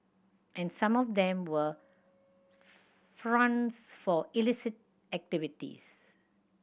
and some of them were fronts for illicit activities